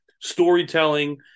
Storytelling